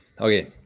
Okay